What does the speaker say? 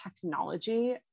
technology